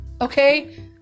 Okay